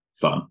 fun